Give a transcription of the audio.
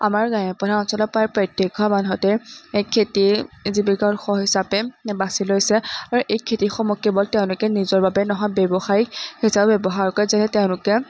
আমাৰ গ্ৰাম্য প্ৰধান অঞ্চলত প্ৰায় প্ৰত্যেক ঘৰ মানুহতে এই খেতিয়ে জীৱিকাৰ উৎস হিচাপে বাছি লৈছে আৰু এই খেতিসমূহ কেৱল তেওঁলোকে নিজৰ বাবে নহয় ব্যৱসায়িক হিচাপে ব্যৱহাৰ কৰে যেনে তেওঁলোকে